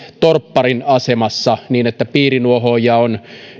torpparin asemassa niin että piirinuohoojia on